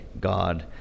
God